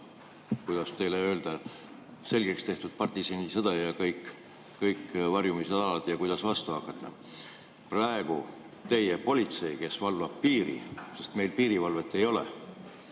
kuidas teile öelda, selgeks tehtud partisanisõda, kõik varjumisalad ja see, kuidas vastu hakata. Praegu teie politsei, kes valvab piiri – meil piirivalvet ei ole